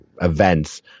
events